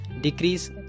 decrease